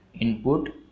input